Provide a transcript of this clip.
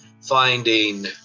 finding